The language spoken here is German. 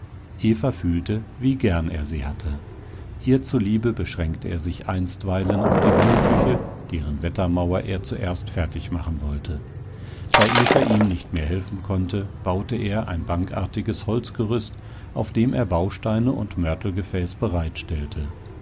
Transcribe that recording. fühlte wie gern er sie hatte ihr zuliebe beschränkte er sich einstweilen auf die wohnküche deren wettermauer er zuerst fertig machen wollte da eva ihm nicht mehr helfen konnte baute er ein bankartiges holzgerüst auf dem er bausteine und mörtelgefäß